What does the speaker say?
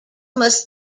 must